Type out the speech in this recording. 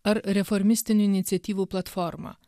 ar reformistinių iniciatyvų platforma